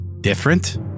Different